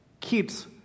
kids